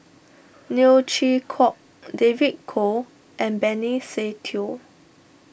Neo Chwee Kok David Kwo and Benny Se Teo